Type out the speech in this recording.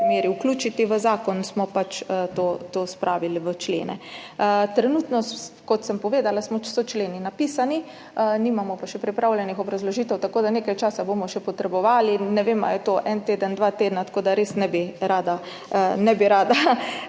vključiti v zakon oziroma spraviti v člene. Trenutno, kot sem povedala, so členi napisani, nimamo pa še pripravljenih obrazložitev. Nekaj časa bomo še potrebovali in ne vem, ali je to en teden, dva tedna, tako da res ne bi rada